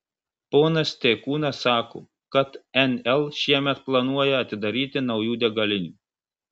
ponas steikūnas sako kad nl šiemet planuoja atidaryti naujų degalinių